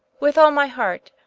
with all my heart,